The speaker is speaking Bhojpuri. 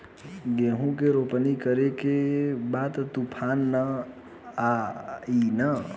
गेहूं के रोपनी करे के बा तूफान त ना आई न?